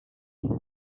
from